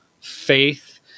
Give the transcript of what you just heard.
faith